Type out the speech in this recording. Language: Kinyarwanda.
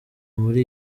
muri